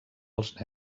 els